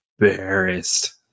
embarrassed